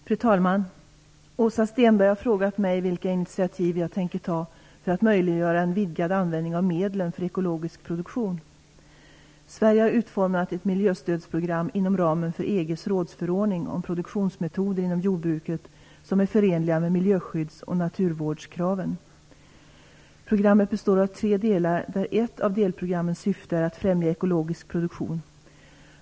Fru talman! Åsa Stenberg har frågat mig vilka initiativ jag tänker ta för att möjliggöra en vidgad användning av medlen för ekologisk produktion. Sverige har utformat ett miljöstödsprogram inom ramen för EG:s rådsförordning om produktionsmetoder inom jordbruket som är förenliga med miljöskydds och naturvårdskraven. Programmet består av tre delar där ett av delprogrammens syften är att främja ekologisk produktion.